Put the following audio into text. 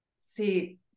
See